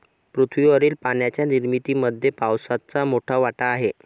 पृथ्वीवरील पाण्याच्या निर्मितीमध्ये पावसाचा मोठा वाटा आहे